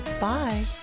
Bye